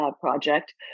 project